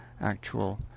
actual